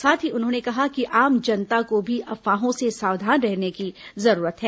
साथ ही उन्होंने कहा कि आम जनता को भी अफवाहों से सावधान रहने की जरूरत है